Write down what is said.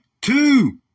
two